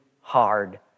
hard